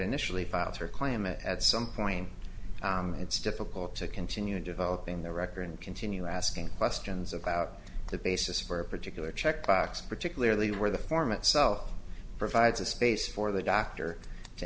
it at some point it's difficult to continue developing the record and continue asking questions about the basis for a particular checkbox particularly where the form itself provides a space for the doctor to